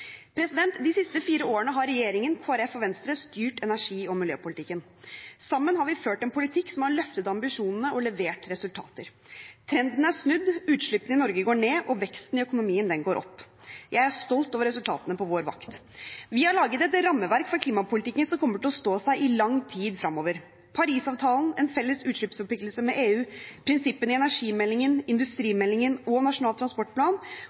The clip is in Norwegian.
De siste fire årene har regjeringen, Kristelig Folkeparti og Venstre styrt energi- og miljøpolitikken. Sammen har vi ført en politikk som har løftet ambisjonene og levert resultater. Trenden er snudd: Utslippene i Norge går ned, og veksten i økonomien går opp. Jeg er stolt over resultatene på vår vakt. Vi har laget et rammeverk for klimapolitikken som kommer til å stå seg i lang tid fremover. Parisavtalen, en felles utslippsforpliktelse med EU, prinsippene i energimeldingen, industrimeldingen, Nasjonal transportplan